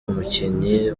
umukinnyi